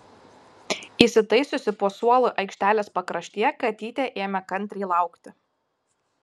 įsitaisiusi po suolu aikštelės pakraštyje katytė ėmė kantriai laukti